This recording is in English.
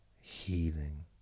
healing